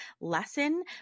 lesson